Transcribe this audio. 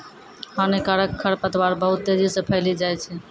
हानिकारक खरपतवार बहुत तेजी से फैली जाय छै